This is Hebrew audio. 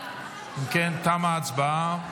אם כן, תמה ההצבעה.